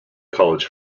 college